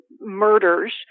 murders